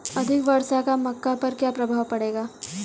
अधिक वर्षा का मक्का पर क्या प्रभाव पड़ेगा?